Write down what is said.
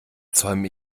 zäume